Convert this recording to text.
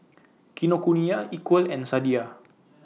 Kinokuniya Equal and Sadia